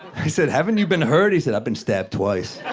i said, haven't you been hurt? he said, i've been stabbed twice.